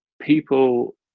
people